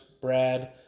brad